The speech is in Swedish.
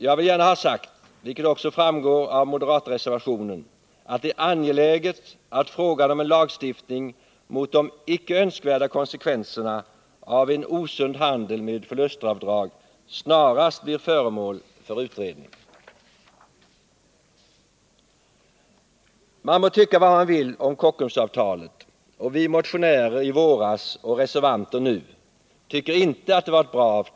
Jag vill gärna ha sagt, vilket också framgår av moderatreservationen, att det är angeläget att frågan om en lagstiftning mot de icke önskvärda konsekvenserna av osund handel med förlustavdrag snarast blir föremål för utredning. Man må tycka vad man vill om Kockumsavtalet, och vi som var motionärer i våras och är reservanter i dag tycker inte att det var ett bra avtal.